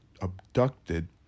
abducted